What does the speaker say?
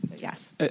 Yes